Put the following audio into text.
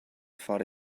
fought